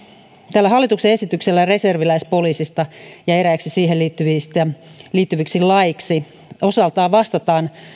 tällä hallituksen esityksellä reserviläispoliisista ja eräiksi siihen liittyviksi laeiksi osaltaan vastataan